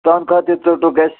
تَنخواہ تہِ ژوٚٹُکھ اَسہِ